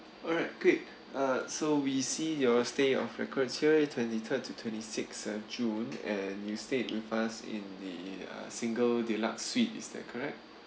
alright great uh so we see your stay of records here twenty third to twenty sixth uh june and you stayed with us in the uh single deluxe suite is that correct